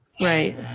right